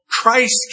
Christ